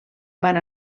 van